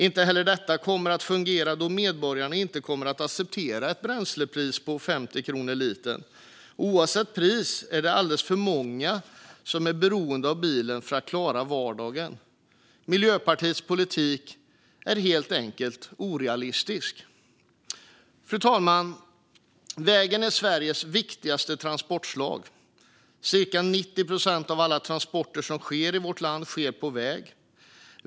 Inte heller detta kommer att fungera då medborgarna inte kommer att acceptera ett bränslepris på 50 kronor per liter. Och oavsett pris är det alldeles för många som är beroende av bilen för att klara vardagen. Miljöpartiets politik är helt enkelt orealistisk. Fru talman! Vägen är Sveriges viktigaste transportslag. Cirka 90 procent av alla transporter i vårt land sker på väg.